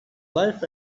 life